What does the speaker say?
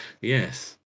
Yes